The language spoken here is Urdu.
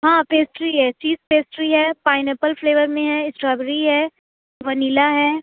ہاں پیسٹری ہے چیز پیسٹری ہے پائنیپل فلیور میں ہے اسٹرابیری ہے ونیلا ہے